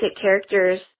characters